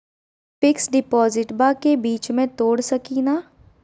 Fix डिपोजिटबा के बीच में तोड़ सकी ना?